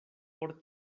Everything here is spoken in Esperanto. por